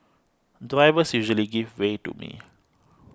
drivers usually give way to me